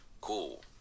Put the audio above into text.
Cool